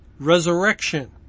Resurrection